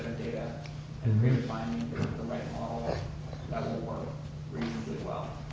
yeah and i mean finding the right model that will work reasonably well.